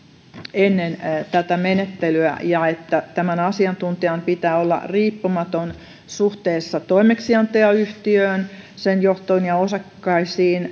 ennen tätä menettelyä ja että tämän asiantuntijan pitää olla riippumaton suhteessa toimeksiantajayhtiöön sen johtoon ja osakkaisiin